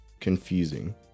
confusing